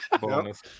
Bonus